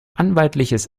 anwaltliches